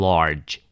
Large